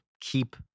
keep